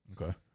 Okay